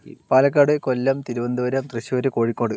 Palakkad Kollam Thiruvananthapuram Thrissur Kozhikode